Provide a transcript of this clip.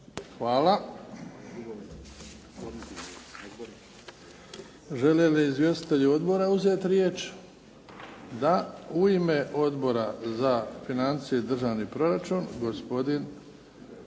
Hvala. Žele li izvjestitelji odbora uzeti riječ? Da. U ime Odbora za financije i državni proračun gospodin